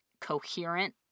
coherent